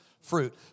fruit